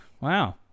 wow